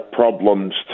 problems